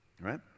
right